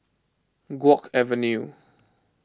Guok Avenue